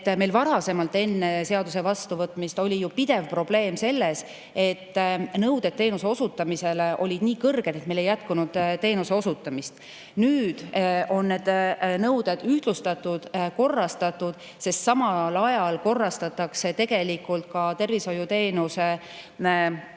meil varasemalt, enne seaduse vastuvõtmist oli ju pidev probleem sellega, et nõuded teenuse osutamisele olid nii kõrged, et meil ei jätkunud teenuse [pakkujaid]. Nüüd on need nõuded ühtlustatud, korrastatud. Samal ajal korrastatakse tegelikult ka tervishoiuteenuse osutajate